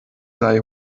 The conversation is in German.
sei